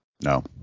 No